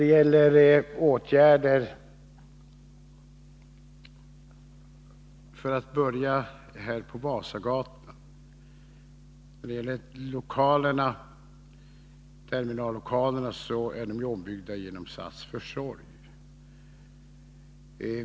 Terminallokalerna på Vasagatan är ombyggda genom SAS försorg.